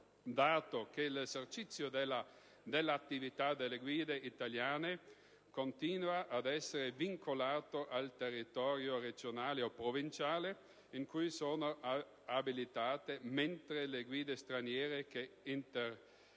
dato che l'esercizio dell'attività delle guide italiane continua ad essere vincolato al territorio regionale o provinciale in cui sono abilitate, mentre le guide straniere che intendono